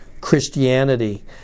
Christianity